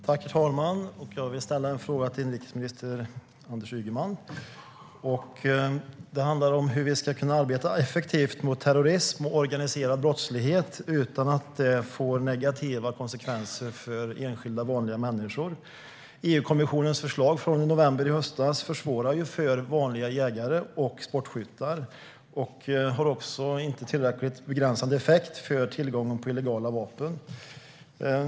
Herr talman! Jag vill ställa en fråga till inrikesminister Anders Ygeman. Den handlar om hur vi ska kunna arbeta effektivt mot terrorism och organiserad brottslighet utan att det får negativa konsekvenser för enskilda, vanliga människor. EU-kommissionens förslag från i november försvårar för vanliga jägare och sportskyttar och har inte heller tillräckligt begränsande effekt på tillgången till illegala vapen.